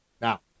Now